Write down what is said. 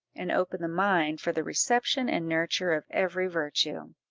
and open the mind for the reception and nurture of every virtue.